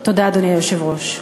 תודה, אדוני היושב-ראש.